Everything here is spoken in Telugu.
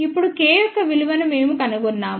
ఇప్పుడు K యొక్క విలువను మేము కనుగొన్నాము